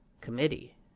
committee